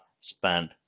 spend